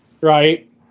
Right